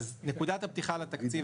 נקודת הפתיחה לתקציב,